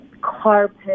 carpet